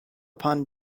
upon